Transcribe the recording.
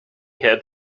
had